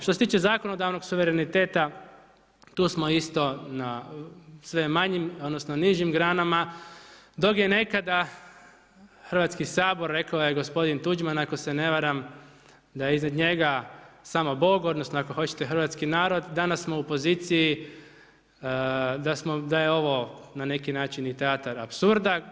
Što se toče zakonodavnog suvereniteta tu smo isto na sve manjim odnosno, nižim granama, dok je nekada Hrvatski sabor, rekao je gospodin Tuđman ako se ne varam da je iznad njega samo Bog, odnosno ako hoćete hrvatski narod, danas smo u poziciji da je ovo na neki način teatar apsurda.